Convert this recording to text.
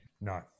No